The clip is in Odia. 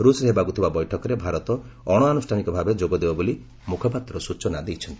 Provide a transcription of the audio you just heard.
ରୁଷ୍ରେ ହେବାକୁଥିବା ବୈଠକରେ ଭାରତ ଅଣଆନୁଷ୍ଠାନିକ ଭାବେ ଯୋଗ ଦେବ ବୋଲି ମୁଖ୍ୟପାତ୍ର ସ୍ଟଚନା ଦେଇଛନ୍ତି